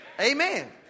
Amen